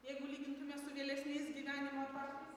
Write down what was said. jeigu lygintume su vėlesniais gyvenimo etapais